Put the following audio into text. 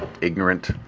ignorant